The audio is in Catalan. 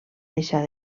deixar